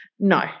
No